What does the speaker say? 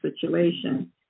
situation